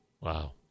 Wow